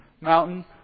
mountain